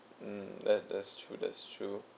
mm that that's true that's true